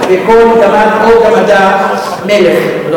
וכל גמד או גמדה, מלך.